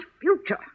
future